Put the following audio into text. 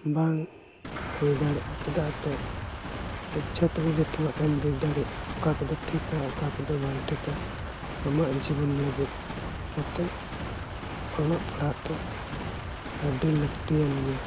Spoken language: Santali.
ᱵᱟᱝ ᱦᱩᱭ ᱫᱟᱲᱮᱭᱟᱜᱼᱟ ᱪᱮᱫᱟᱜ ᱥᱮ ᱥᱤᱪᱪᱷᱟ ᱛᱮᱜᱮ ᱡᱚᱛᱚᱣᱟᱜ ᱮᱢ ᱵᱩᱡᱽ ᱫᱟᱲᱮᱭᱟᱜᱼᱟ ᱚᱠᱟ ᱠᱚᱫᱚ ᱴᱷᱤᱠᱼᱟ ᱚᱠᱟ ᱠᱚᱫᱚ ᱵᱟᱝ ᱴᱷᱤᱠᱟ ᱟᱢᱟᱜ ᱡᱤᱵᱚᱱ ᱞᱟᱹᱜᱤᱫ ᱚᱱᱟᱛᱮ ᱚᱞᱚᱜ ᱯᱟᱲᱦᱟᱜ ᱫᱚ ᱟᱹᱰᱤ ᱞᱟᱹᱠᱛᱤᱭᱟᱱ ᱜᱮᱭᱟ